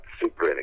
super